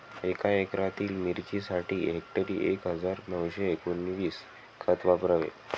एका एकरातील मिरचीसाठी हेक्टरी एक हजार नऊशे एकोणवीस खत वापरावे